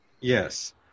Yes